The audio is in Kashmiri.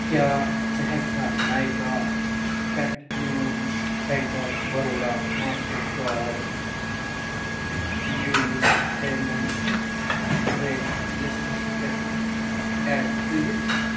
کیٛاہ ژٕ ہٮ۪کہٕ کھا نایکا پٮ۪ٹھ میون bank of Baroda master card میٛٲنِس پیمٮ۪نٛٹ ٹرٛیک لِسٹَس پٮ۪ٹھ اٮ۪ڈ کٔرِتھ